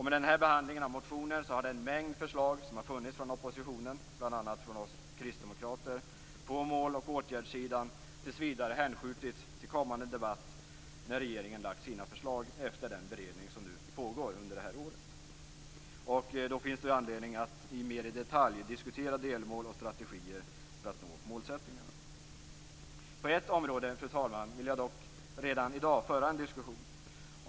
Med den här behandlingen av motionen har en mängd förslag som har funnits från oppositionen, bl.a. från oss kristdemokrater, på mål och åtgärdssidan tills vidare hänskjutits till kommande debatt när regeringen lagt fram sina förslag efter den beredning som pågår under det här året. Då finns det anledning att mer i detalj diskutera delmål och strategier för att nå målen. På ett område vill jag dock redan i dag föra en diskussion.